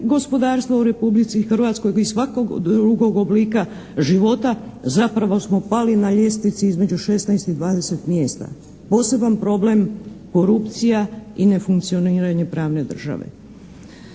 gospodarstvu u Republici Hrvatskoj i svakog drugog oblika života, zapravo smo pali na ljestvici između 16 i 20 mjesta. Poseban problem korupcija i nefunkcioniranje pravne države.